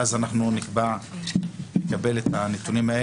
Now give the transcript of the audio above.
ואז נקבל את הנתונים,